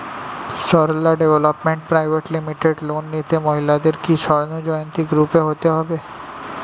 Sarala development private limited loan নিতে মহিলাদের কি স্বর্ণ জয়ন্তী গ্রুপে হতে হবে?